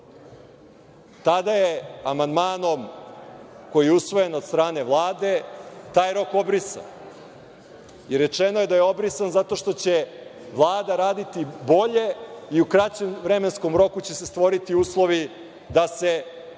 Tada je amandmanom, koji je usvojen od strane Vlade, taj rok obrisan i rečeno je da je obrisan zato što će Vlada raditi bolje i u kraćem vremenskom roku će se stvoriti uslovi da se prekine